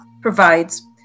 provides